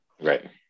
Right